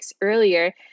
earlier